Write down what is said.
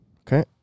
Okay